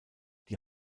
die